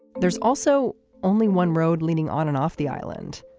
there's also only one road leaning on and off the island.